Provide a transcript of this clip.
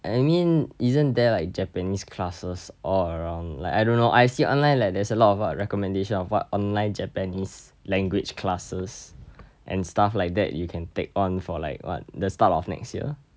I mean isn't there like japanese classes all around like I don't know I see online like there's a lot of recommendation of what online japanese language classes and stuff like that you can take on for like what the start of next year